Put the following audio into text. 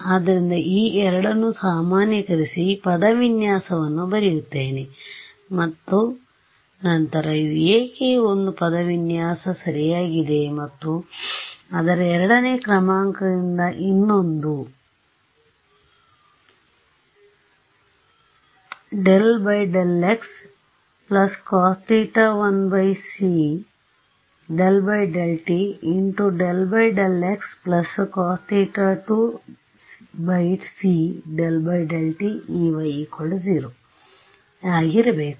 ಆದ್ದರಿಂದ ಈ ಎರಡನ್ನು ಸಾಮಾನ್ಯೀಕರಿಸಿ ಪದ ವಿನ್ಯಾಸವನ್ನು ಬರೆಯುತ್ತೇನೆ ಮತ್ತು ನಂತರ ಇದು ಏಕೆ ಒಂದು ಪದ ವಿನ್ಯಾಸಸರಿಯಾಗಿದೆ ಮತ್ತು ಅದರ 2 ನೇ ಕ್ರಮಾಂಕದಿಂದ ಇನ್ನೊಂದು ಈ ರೀತಿಯಾಗಿರಬೇಕು